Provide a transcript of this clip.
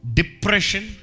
depression